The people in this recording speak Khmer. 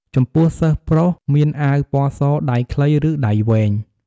ចំពោះសិស្សប្រុស មានអាវពណ៌ស ដៃខ្លី ឬដៃវែង ។